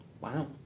Wow